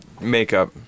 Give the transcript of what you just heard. Makeup